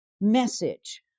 message